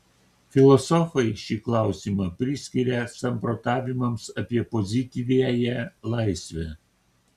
filosofai šį klausimą priskiria samprotavimams apie pozityviąją laisvę